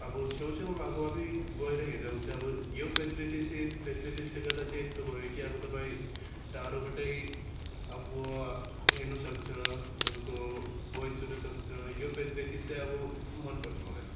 अब छेउ छेउमा भएको भए पनि गएर हेर्दा हुुन्थ्यो अब यो फेसिलिटी चाहिँ फेसिलिटिजले गर्दा चाहिँ यस्तो भयो कि अब तपाईँ टाढोबाटै आफू हेर्नु सक्छ उनको भोइस सुन्नु सक्छ यो फेसिलिटिज चाहिँ अब मनपर्छ मलाई